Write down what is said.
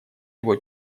его